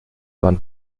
warnt